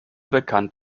bekannt